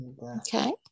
Okay